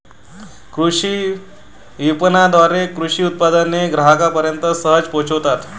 कृषी विपणनाद्वारे कृषी उत्पादने ग्राहकांपर्यंत सहज पोहोचतात